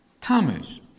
Tammuz